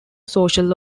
social